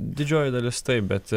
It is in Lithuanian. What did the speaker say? didžioji dalis taip bet